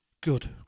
Good